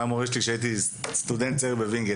הוא היה מורה שלי כשהייתי סטודנט צעיר בווינגיט.